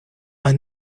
are